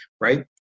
right